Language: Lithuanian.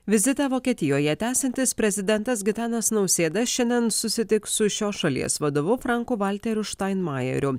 vizitą vokietijoje tęsiantis prezidentas gitanas nausėda šiandien susitiks su šios šalies vadovu franku valteriu štainmajeriu